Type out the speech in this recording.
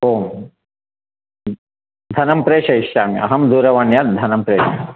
आम् धनं प्रेषयिष्यामि अहं दूरवाण्यां धनं प्रेष्